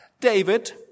David